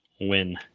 Win